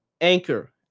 Anchor